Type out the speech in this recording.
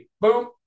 Boom